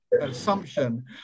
assumption